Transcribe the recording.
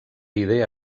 idea